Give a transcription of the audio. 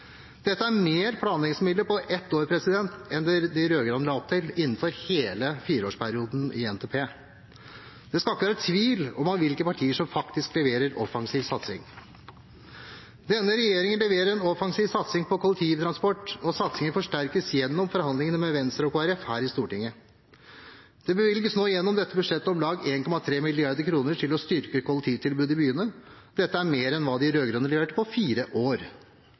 Dette er mer i planleggingsmidler på ett år enn det de rød-grønne la opp til innenfor hele fireårsperioden i NTP. Det skal ikke være tvil om hvilke partier som faktisk leverer offensiv satsing. Denne regjeringen leverer en offensiv satsing på kollektivtransport, og satsingen forsterkes gjennom forhandlingene med Venstre og Kristelig Folkeparti her i Stortinget. Det bevilges nå gjennom dette budsjettet om lag 1,3 mrd. kr til å styrke kollektivtilbudet i byene. Dette er mer enn hva de rød-grønne leverte på fire år.